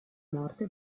morte